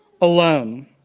alone